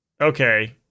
okay